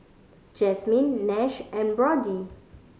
Jasmine Nash and Brody